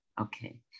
okay